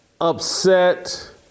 upset